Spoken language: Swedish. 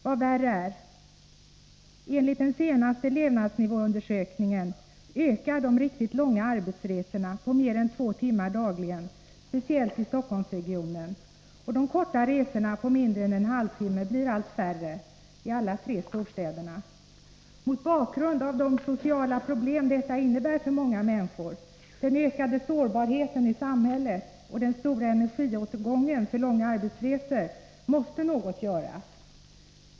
Vad värre är: enligt den senaste levnadsnivåundersökningen ökar de riktigt långa arbetsresorna, på mer än två timmar dagligen, speciellt i Stockholmsregionen, och de korta resorna, på mindre än en halv timme, blir allt färre i alla tre storstäderna. Mot bakgrund av de sociala problem detta innebär för många människor, den ökade sårbarheten i samhället och den stora energiåtgången för långa arbetsresor måste något göras.